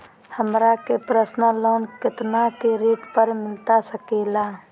हमरा के personal loan कितना के रेट पर मिलता सके ला?